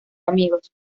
amigos